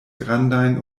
grandajn